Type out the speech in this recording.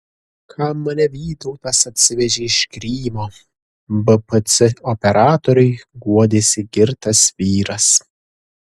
kam mane vytautas atsivežė iš krymo bpc operatoriui guodėsi girtas vyras